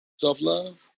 Self-love